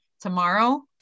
tomorrow